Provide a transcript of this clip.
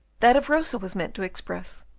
that of rosa was meant to express,